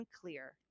clear